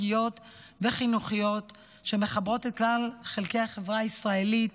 ערכיות וחינוכיות שמחברות את כלל חלקי החברה הישראלית,